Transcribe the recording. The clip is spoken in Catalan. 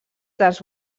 dels